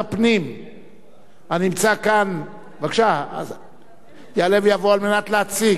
הם יבואו להצביע, מה אתה דואג.